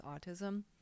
autism